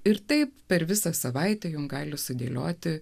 ir taip per visą savaitę jums gali sudėlioti